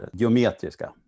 geometriska